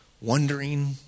wondering